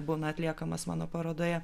būna atliekamas mano parodoje